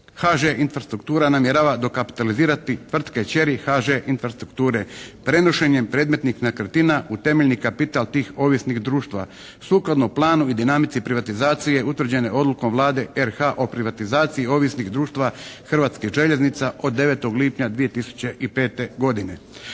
HŽ infrastruktura namjerava dokapitalizirati tvrtke kćeri HŽ infrastrukture prenošenjem predmetnih nekretnina u temeljni kapital tih ovisnih društva sukladno planu i dinamici privatizacije utvrđene odlukom Vlade RH o privatizaciji ovisnih društva Hrvatskih željeznica od 9. lipnja 2005. godine,